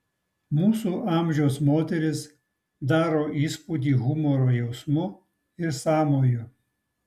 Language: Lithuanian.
mūsų amžiaus moteris daro įspūdį humoro jausmu ir sąmoju